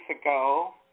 ago